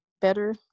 better